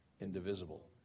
indivisible